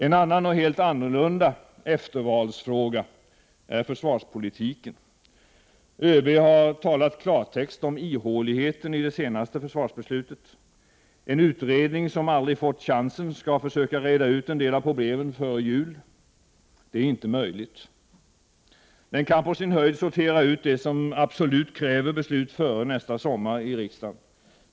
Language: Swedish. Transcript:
En annan och helt annorlunda eftervalsfråga är försvarspolitiken. ÖB har talat i klartext om ihåligheten i det senaste försvarsbeslutet. En utredning som aldrig har fått chansen skall försöka reda ut en del av problemen före jul. Det är inte möjligt. Den kan på sin höjd sortera ut det som absolut kräver beslut i riksdagen före nästa sommar.